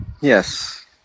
Yes